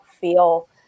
feel